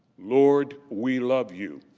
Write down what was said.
lord, we love you.